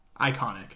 iconic